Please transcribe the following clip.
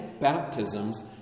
baptisms